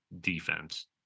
defense